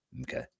Okay